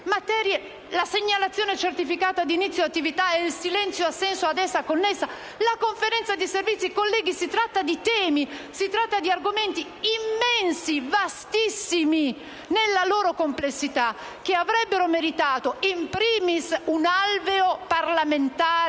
alla segnalazione certificata di inizio attività ed al silenzio assenso ad essa connesso, alla Conferenza di servizi. Colleghi, si tratta di argomenti immensi, vastissimi nella loro complessità, che avrebbero meritato, *in primis*, un alveo parlamentare